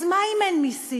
אז מה אם אין מסים.